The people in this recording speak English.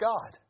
God